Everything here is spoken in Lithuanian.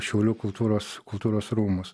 šiaulių kultūros kultūros rūmus